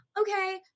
okay